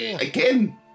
Again